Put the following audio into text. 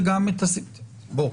טוב.